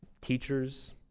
teachers